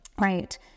right